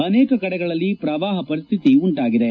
ಅನೇಕ ಕಡೆಗಳಲ್ಲಿ ಪ್ರವಾಹ ಪರಿಸ್ಥಿತಿ ಉಂಟಾಗಿದೆ